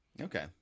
Okay